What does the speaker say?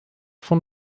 von